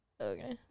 Okay